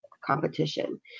competition